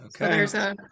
okay